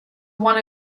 one